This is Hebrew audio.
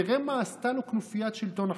תראה מה עשתה לו כנופיית שלטון החוק: